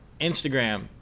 Instagram